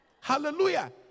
Hallelujah